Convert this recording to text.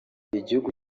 igihugu